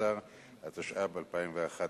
16),